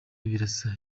birasa